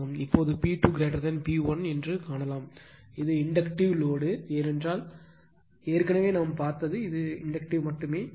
இப்போது P2 P1 காணலாம் இது இண்டக்ட்டிவ் லோடு ஏனென்றால் ஏற்கனவே நாம் பார்த்தது இது இண்டக்ட்டிவ் மட்டுமே